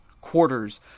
quarters